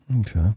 okay